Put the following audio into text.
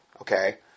okay